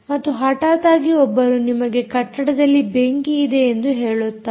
ಮತ್ತು ಹಠಾತ್ ಆಗಿ ಒಬ್ಬರು ನಿಮಗೆ ಕಟ್ಟಡದಲ್ಲಿ ಬೆಂಕಿ ಇದೆ ಎಂದು ಹೇಳುತ್ತಾರೆ